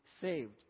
saved